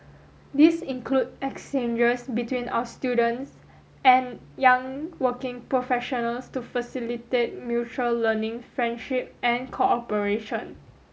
these include exchanges between our students and young working professionals to facilitate mutual learning friendship and cooperation